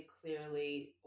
clearly